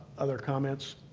other comments?